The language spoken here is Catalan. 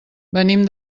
venim